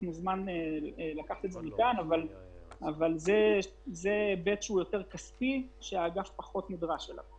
אבל יש דברים שהם לא בסמכותו של האגף להתעסק בהם.